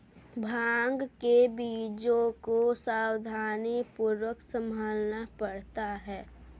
भांग के बीजों को सावधानीपूर्वक संभालना पड़ता है